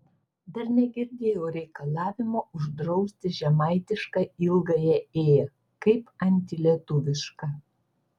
dar negirdėjau reikalavimo uždrausti žemaitišką ilgąją ė kaip antilietuvišką